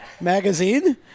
Magazine